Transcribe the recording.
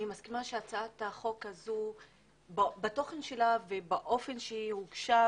אני מסכימה שהצעת החוק הזו בתוכן שלה ובאופן שהיא הוגשה,